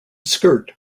skirt